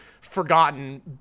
forgotten